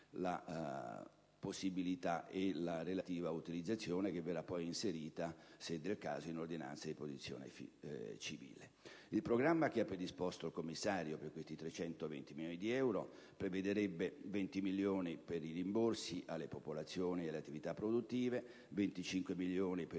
la possibilità e la relativa utilizzazione, che verrà poi inserita, se del caso, in ordinanze di protezione civile. Il programma degli interventi predisposto dal commissario delegato per questi 320 milioni di euro prevederebbe: 20 milioni di euro per i rimborsi alla popolazione ed alle attività produttive; 25 milioni di